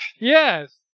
Yes